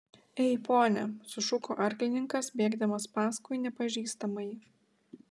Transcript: ei pone sušuko arklininkas bėgdamas paskui nepažįstamąjį